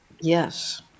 Yes